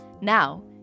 Now